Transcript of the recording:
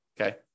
okay